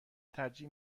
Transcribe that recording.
ترجیح